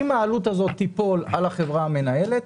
אם העלות הזאת תיפול על החברה המנהלת,